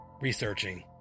researching